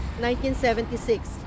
1976